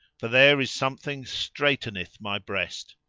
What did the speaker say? for there is something straiteneth my breast.